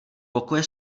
pokoje